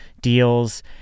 deals